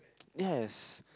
yes